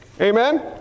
amen